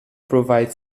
provide